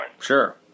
Sure